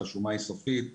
שהשומה היא סופית.